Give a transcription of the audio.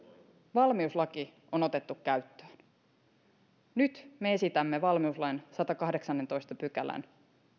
valmiuslaki on otettu käyttöön nyt me esitämme valmiuslain sadannenkahdeksannentoista pykälän